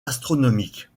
astronomiques